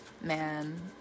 man